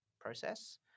process